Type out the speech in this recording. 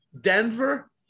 Denver